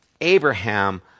Abraham